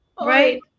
Right